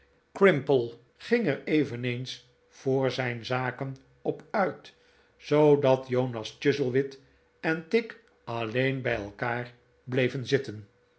crimple ging er eveneens voor zijn zaken op uit zoodat jonas chuzzlewit en tigg alleen bij elkaar bleven zitten